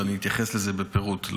ואתייחס לזה בפירוט.